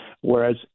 whereas